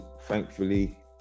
thankfully